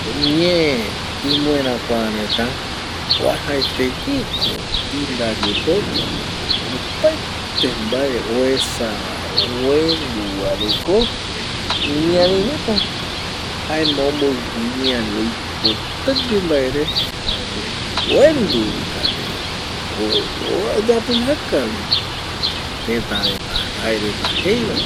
Ñee imoerakua reta vuajaete ye ko indaye pota opaete mbae oesa va oendu va re ko imiari reta, jaema omboɨpɨ imiari oipotague mbae re jare oendu vi jare oyapɨjaka vi teta reta, jae reta jeiva re